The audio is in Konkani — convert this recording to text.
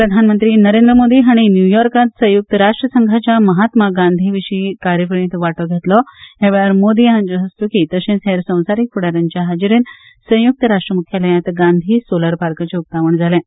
प्रधानमंत्री नरेंद्र मोदी हांणी न्यूयॉर्कांत संयुक्त राष्ट्र संघाच्या महात्मा गांधी विशीं कार्यावळींत वांटो घेतलो ह्या वेळार मोदी हांचे हस्तुकीं तशेंच हेर संवसारीक फुडा यांचे हाजेरींत संयुक्त राष्ट्र मुख्यालयांत गांधी सोलर पाकाचें उकतावण जालें